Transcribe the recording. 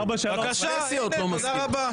בבקשה, הינה, תודה רבה.